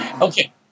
Okay